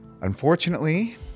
Unfortunately